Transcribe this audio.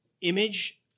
image